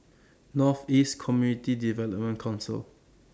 North East Community Development Council